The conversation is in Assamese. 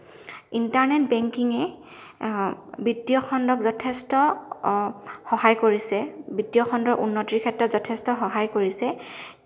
ইণ্টাৰনেট বেংকিঙে বিত্তীয় খণ্ডক যথেষ্ট সহায় কৰিছে বিত্তীয় খণ্ডৰ উন্নতিৰ ক্ষেত্ৰত যথেষ্ট সহায় কৰিছে